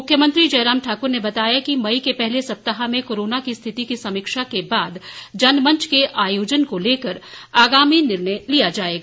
मुख्यमंत्री जयराम ठाकुर ने बताया कि मई के पहले सप्ताह में कोरोना की स्थिति की समीक्षा के बाद जनमंच के आयोजन को लेकर आगामी निर्णय लिया जाएगा